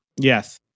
Yes